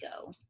go